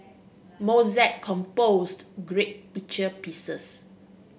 Mozart composed great pieces